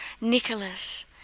Nicholas